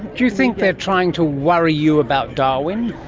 do you think they are trying to worry you about darwin?